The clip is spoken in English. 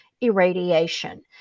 irradiation